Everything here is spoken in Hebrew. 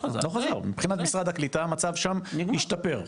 מבחינת משרד העלייה והקליטה המצב שם משתפר,